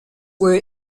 were